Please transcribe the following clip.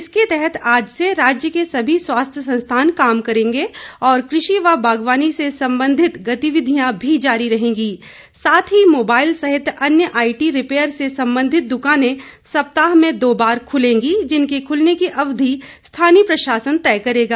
इसके तहत आज से राज्य के सभी स्वास्थ्य संस्थान काम करेंगे और कृषि व बागवानी से संबंधित गतिविधियां भी जारी रहेंगी साथ ही मोबाइल सहित अन्य आईटी रिपेयर से संबंधित दुकानें सप्ताह में दो बार खुलेंगी जिनके खुलने की अवधि स्थानीय प्रशासन तय करेगा